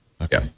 Okay